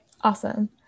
awesome